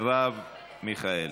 התשע"ה 2015, של חברת הכנסת מרב מיכאלי.